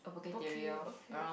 bouquet okay